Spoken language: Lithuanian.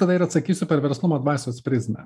tada ir atsakysiu per verslumo dvasios prizmę